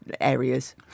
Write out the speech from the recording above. areas